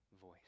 voice